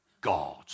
God